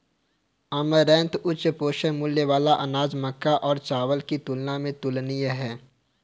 amaranth उच्च पोषण मूल्य वाला अनाज मक्का और चावल की तुलना में तुलनीय है